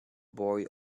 boy